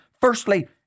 Firstly